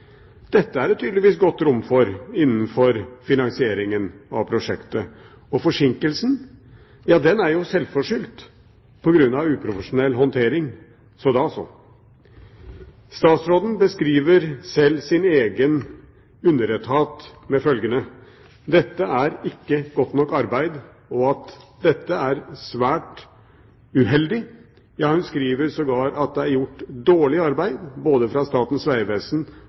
Dette er det tydeligvis godt rom for innenfor finansieringen av prosjektet. Og forsinkelsen – ja, den er jo selvforskyldt på grunn av uprofesjonell håndtering, så da så. Statsråden beskriver selv sin egen underetat som følger: Dette er ikke godt nok arbeid, dette er svært uheldig, ja, hun skriver sågar at det er gjort dårlig arbeid både i Statens vegvesen